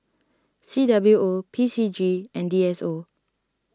C W O P C G and D S O